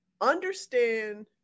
understand